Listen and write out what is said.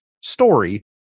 story